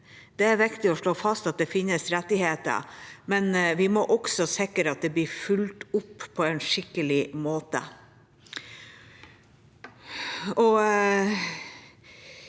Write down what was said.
Det er viktig å slå fast at det finnes rettigheter, men vi må også sikre at det blir fulgt opp på en skikkelig måte.